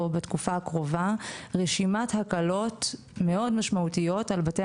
בתקופה הקרובה רשימת הקלות מאוד משמעותיות על בתי